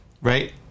right